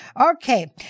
Okay